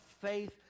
faith